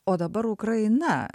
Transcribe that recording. o dabar ukraina